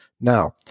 Now